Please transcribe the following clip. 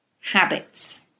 habits